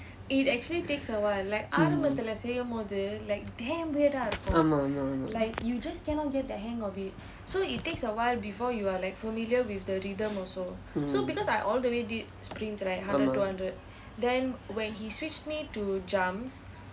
mm mm ஆமாம் ஆமாம் ஆமாம்:aamaam aamaam aamaam mm ஆமாம்:aamaam